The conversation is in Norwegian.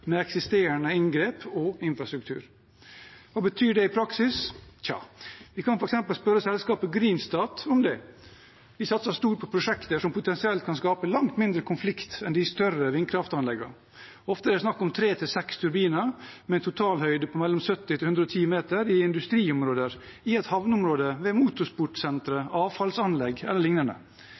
med eksisterende inngrep og infrastruktur. Hva betyr det i praksis? Tja, vi kan f.eks. spørre selskapet Greenstat om det. De satser stort på prosjekter som potensielt kan skape langt mindre konflikt enn de større vindkraftanleggene. Ofte er det snakk om tre–seks turbiner med en totalhøyde på mellom 70 og 110 meter i industriområder, i et havneområde, ved motorsportsentre, avfallsanlegg